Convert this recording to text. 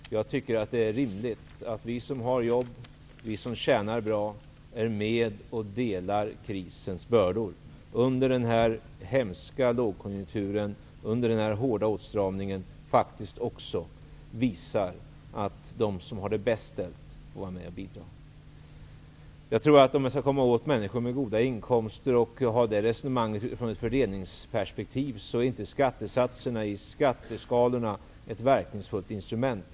Men jag tycker att det är rimligt att vi som har jobb och som tjänar bra är med och delar krisens bördor. Under den här hemska lågkonjunkturen och under den här hårda åtstramningen måste vi faktiskt visa att de som har det bäst ställt får vara med och bidra. När det gäller att komma åt människor med goda inkomster och att föra det här resonemanget i ett fördelningsperspektiv tror jag inte att skattesatserna i skatteskalorna är ett verkningsfullt instrument.